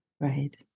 right